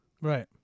Right